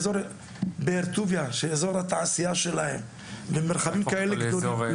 באזור באר טוביה שזה אזור התעשייה שלהם ומרחבים כאלה גדולים,